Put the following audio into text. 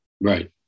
Right